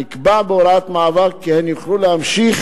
נקבע בהוראת מעבר כי הן יוכלו להמשיך